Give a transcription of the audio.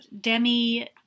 Demi